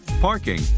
parking